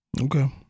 Okay